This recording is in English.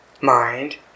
mind